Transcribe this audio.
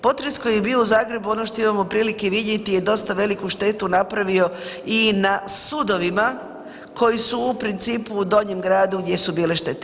Potres koji je bio u Zagrebu, ono što imamo prilike vidjeti je dosta veliku štetu napravio i na sudovima koji su u principu u donjem gradu gdje su bile štete.